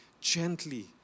Gently